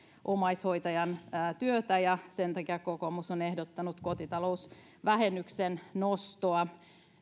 omaishoitajan työtä sen takia kokoomus on ehdottanut kotitalousvähennyksen nostoa